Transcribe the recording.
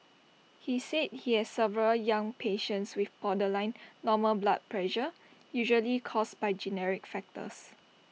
he said he has several young patients with borderline normal blood pressure usually caused by genetic factors